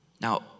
Now